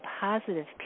positive